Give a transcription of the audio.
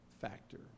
factor